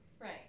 Right